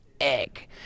Egg